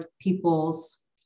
people's